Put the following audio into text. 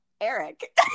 Eric